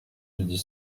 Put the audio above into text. dudit